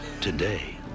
Today